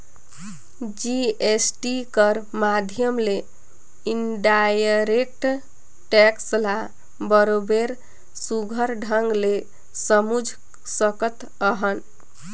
GST कर माध्यम ले इनडायरेक्ट टेक्स ल बरोबेर सुग्घर ढंग ले समुझ सकत अहन